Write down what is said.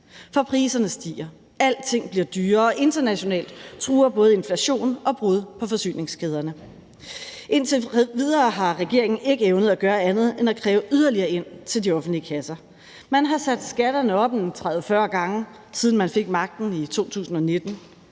For priserne stiger, alting bliver dyrere, og internationalt truer både inflation og brud på forsyningskæderne. Indtil videre har regeringen ikke evnet at gøre andet end at kræve yderligere ind til de offentlige kasser. Man har sat skatterne op 30-40 gange, siden man fik magten i 2019,